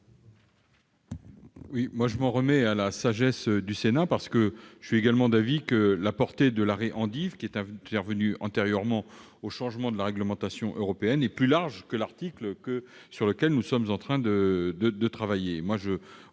? Je m'en remets à la sagesse du Sénat. Je suis également d'avis que la portée de l'arrêt « endives », qui est intervenu antérieurement au changement de la réglementation européenne, est plus large que celle de l'article sur lequel nous sommes en train de travailler.